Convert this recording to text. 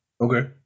Okay